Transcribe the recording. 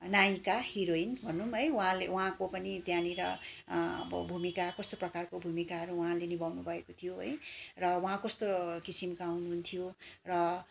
नायिका हिरोइन भनौँ है उहाँले उहाँको पनि त्यहाँनिर अब भुमिका कस्तो प्रकारको भुमिकाहरू उहाँले निभाउनु भएको थियो है र उहाँ कस्तो किसिमका हुनुहुन्थ्यो र